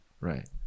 Right